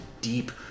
deep